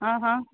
हा हा